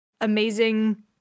amazing